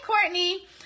Courtney